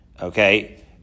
Okay